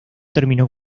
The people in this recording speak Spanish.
terminó